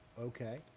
Okay